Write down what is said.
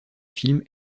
films